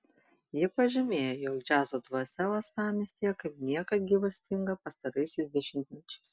ji pažymėjo jog džiazo dvasia uostamiestyje kaip niekad gyvastinga pastaraisiais dešimtmečiais